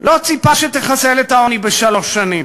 לא ציפה שתחסל את העוני בשלוש שנים.